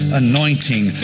anointing